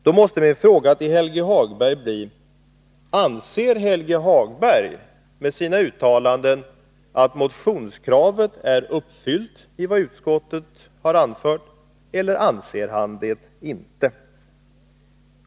Då måste min fråga till Helge Hagberg bli: Anser Helge Hagberg, när han gör sina samma frågor väsendet gemensamma frågor uttalanden, att motionskravet är uppfyllt med vad utskottet har anfört, eller anser han det inte?